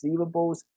receivables